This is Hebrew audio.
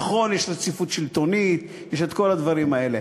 נכון, יש רציפות שלטונית, יש את כל הדברים האלה.